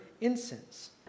incense